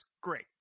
great